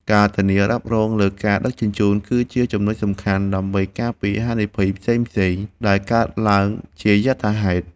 ការធានារ៉ាប់រងលើការដឹកជញ្ជូន គឺជាចំណុចសំខាន់ដើម្បីការពារហានិភ័យផ្សេងៗដែលកើតឡើងជាយថាហេតុ។